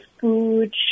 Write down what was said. food